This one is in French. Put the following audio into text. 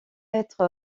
être